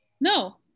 no